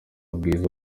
bwiza